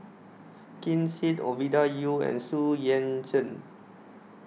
Ken Seet Ovidia Yu and Xu Yuan Zhen